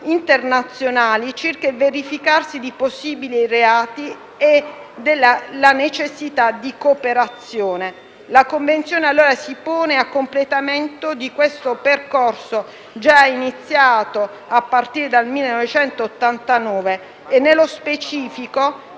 internazionali circa il verificarsi di possibili reati e della necessità di cooperazione. La Convenzione si pone quindi a completamento di un percorso già iniziato a partire dal 1989 e nello specifico